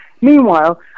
meanwhile